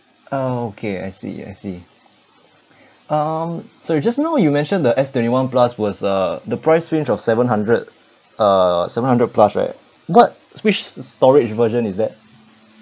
ah okay I see I see um sorry just now you mentioned the S twenty one plus was uh the price range of seven hundred uh seven hundred plus right but which storage version is that